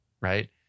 Right